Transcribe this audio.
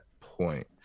point